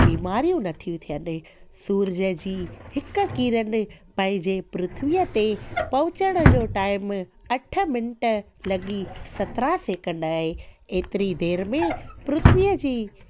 बीमारियूं नथी थियनि सूरज जी हिकु किरन पंहिंजे पृथ्वीअ ते पहुचण जो टाइम अठ मिंट लॻी सत्रहां सैकेंड आहे एतिरी देर में पृथ्वीअ जी